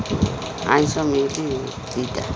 ଆମିଷ ମିଲ୍ ଦୁଇଟା